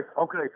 okay